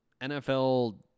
NFL